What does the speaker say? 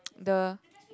the